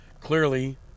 clearly